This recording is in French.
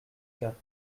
quatre